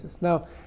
now